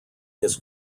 his